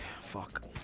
Fuck